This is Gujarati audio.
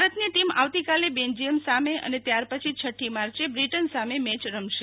ભારતની ટીમ આવતીકાલે બેન્જીથમ સામે અને ત્યાર પછી છઠ્ઠી માર્ચે બ્રિટન સામે મેચ રમશે